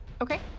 Okay